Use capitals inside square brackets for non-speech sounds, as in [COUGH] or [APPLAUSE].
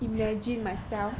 [LAUGHS]